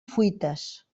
fuites